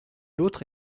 l’autre